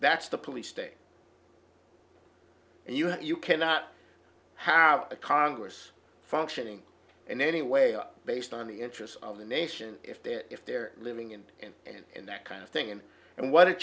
that's the police state and you know you cannot have a congress functioning in any way based on the interests of the nation if they're if they're living and and and and that kind of thing and and what